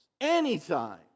anytime